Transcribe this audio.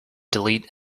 delete